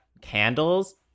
candles